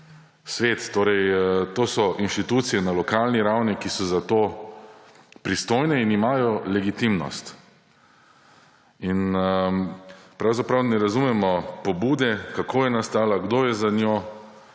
svet, torej to so inštitucije na lokalni ravni, ki so zato pristojne in imajo legitimnost. In ne razumemo pobude, kako je nastala, kdo je za njo,